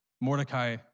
Mordecai